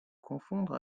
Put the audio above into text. confondre